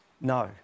no